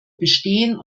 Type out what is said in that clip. bestehen